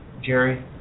Jerry